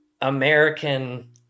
American